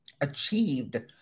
achieved